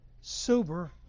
Sober